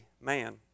man